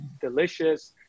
delicious